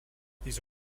these